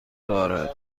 دارد